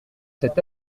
cet